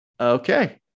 Okay